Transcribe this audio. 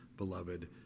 beloved